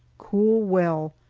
cool well,